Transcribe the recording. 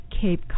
Cape